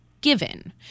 given